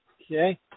Okay